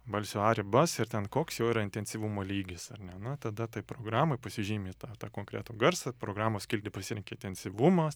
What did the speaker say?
balsio a ribas ir ten koks jo yra intensyvumo lygis ar ne na tada tai programoj pasižymi tą tą konkretų garsą programos skilty pasirenki itensyvumas